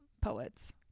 poets